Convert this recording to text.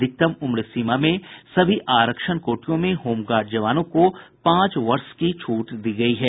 अधिकतम उम्र सीमा में सभी आरक्षण कोटियों में होमगार्ड जवानों को पांच वर्ष की छूट दी गयी है